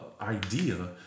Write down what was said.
idea